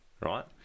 right